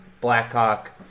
Blackhawk